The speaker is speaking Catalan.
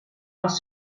als